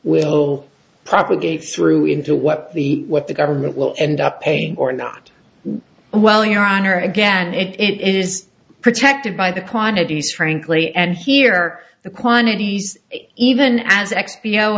will propagate through into what the what the government will end up paying or not well your honor again it is protected by the quantities frankly and here are the quantities even as x p